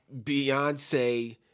Beyonce